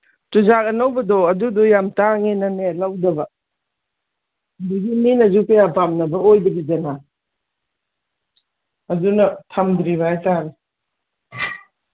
ꯆꯨꯖꯥꯛ ꯑꯅꯧꯕꯗꯣ ꯑꯗꯨꯗꯣ ꯌꯥꯝ ꯇꯥꯡꯉꯦꯅꯦ ꯂꯧꯗꯕ ꯑꯗꯒꯤ ꯃꯤꯅꯁꯨ ꯀꯌꯥ ꯄꯥꯝꯅꯕ ꯑꯣꯏꯗ꯭ꯔꯤꯗꯅ ꯑꯗꯨꯅ ꯊꯝꯗ꯭ꯔꯤꯕ ꯍꯥꯏ ꯇꯥꯔꯦ